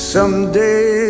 Someday